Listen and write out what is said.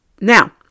Now